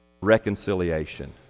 reconciliation